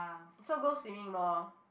so go swimming more